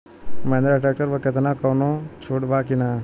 Mahindra tractor पर केतना कौनो छूट बा कि ना?